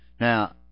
Now